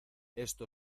esto